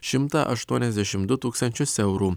šimtą aštuoniasdešimt du tūkstančius eurų